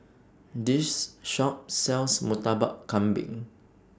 This Shop sells Murtabak Kambing